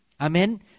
Amen